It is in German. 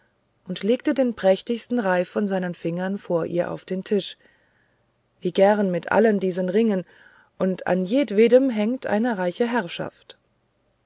und er legte den prächtigsten reif von seinen fingern vor ihr auf den tisch wie gern mit allen diesen ringen und an jedwedem hängt eine reiche herrschaft